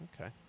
okay